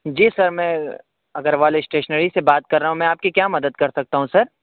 جی sir میں Agarwal stationery سے بات کر رہا ہوں میں آپ کی کیا مدد کر سکتا ہوں سر